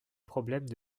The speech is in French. problème